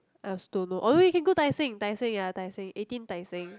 I also don't know or we can go Tai-Seng Tai-Seng ya Tai-Seng eat in Tai-Seng